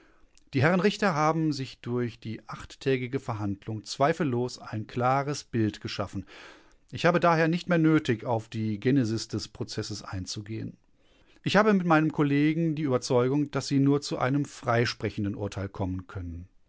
die herren richter haben sich durch die achttägige verhandlung zweifellos ein klares bild geschaffen ich habe daher nicht mehr nötig auf die genesis des prozesses einzugehen ich habe mit meinem kollegen die überzeugung daß sie nur zu einem freisprechenden urteil kommen können